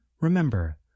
Remember